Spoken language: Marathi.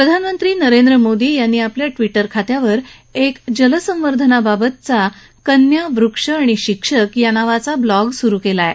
प्रधानमंत्री नरेंद्र मोदी यांनी आपल्या ट्विटर खात्यावर एक जलसंवर्धनबाबतचा कन्या वृक्ष आणि शिक्षक या नावाचा ब्लॉग सुरु कला आह